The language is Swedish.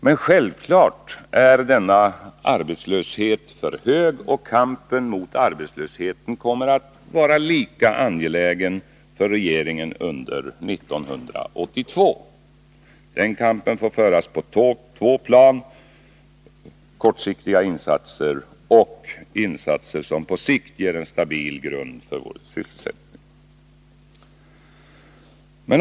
Men självklart är även den siffran för hög, och kampen mot arbetslösheten kommer att vara lika angelägen för regeringen under 1982. Den kampen får föras på två plan: kortsiktiga insatser och insatser som på sikt ger en stabil grund för vår sysselsättning.